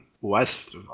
west